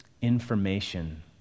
information